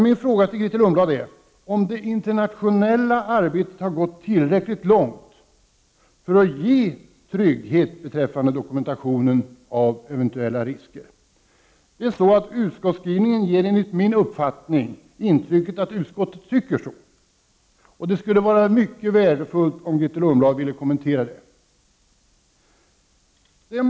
Min fråga till Grethe Lundblad gäller om det internationella arbetet har drivits tillräckligt långt för att ge trygghet beträffande dokumentationen av eventuella risker. Utskottsskrivningen ger enligt min uppfattning intrycket att utskottet tycker så. Det skulle vara mycket värdefullt om Grethe Lundblad ville kommentera detta.